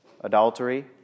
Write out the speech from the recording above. Adultery